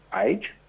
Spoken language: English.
age